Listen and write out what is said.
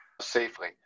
safely